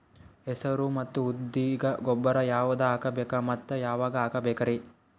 ಹೆಸರು ಮತ್ತು ಉದ್ದಿಗ ಗೊಬ್ಬರ ಯಾವದ ಹಾಕಬೇಕ ಮತ್ತ ಯಾವಾಗ ಹಾಕಬೇಕರಿ?